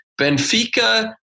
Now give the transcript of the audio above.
Benfica